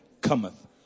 cometh